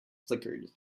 flickered